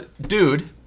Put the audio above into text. dude